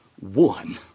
one